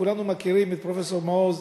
וכולנו מכירים את פרופסור מעוז,